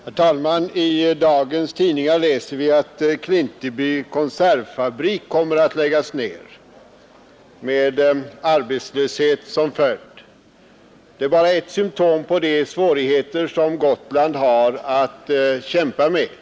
Herr talman! I dagens tidningar läser vi att Klintebys konservfabrik kommer att läggas ned med arbetslöshet som följd. Det är bara ett symtom på de svårigheter som Gotland har att kämpa med.